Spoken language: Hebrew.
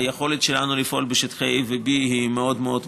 היכולת שלנו לפעול בשטחי A ו-B היא מאוד מאוד מוגבלת.